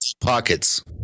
pockets